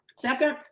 second.